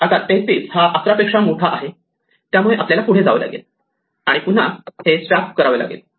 आता 33 हा 11 पेक्षा मोठा आहे त्यामुळे आपल्याला पुढे जावे लागेल आणि पुन्हा हे स्वॅप करावे लागेल